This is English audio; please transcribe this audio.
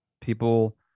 people